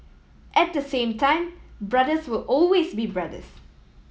at the same time brothers will always be brothers